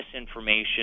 misinformation